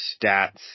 stats